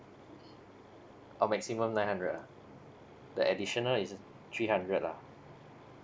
oh maximum nine hundred ah the additional is three hundred lah